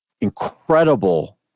incredible